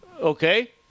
Okay